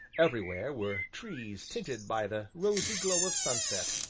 everywhere were trees tinted by the rosy glow of sunset,